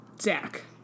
Zach